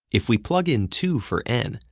if we plug in two for n,